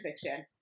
fiction